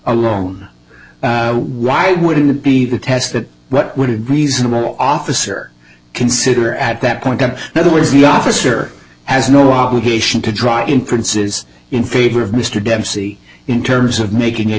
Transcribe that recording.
alone why wouldn't it be the test that what would it reasonable officer consider at that point that there was the officer has no obligation to draw inferences in favor of mr dempsey in terms of making